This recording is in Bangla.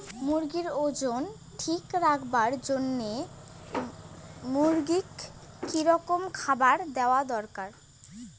মুরগির ওজন ঠিক রাখবার জইন্যে মূর্গিক কি রকম খাবার দেওয়া দরকার?